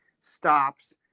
stops